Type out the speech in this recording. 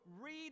read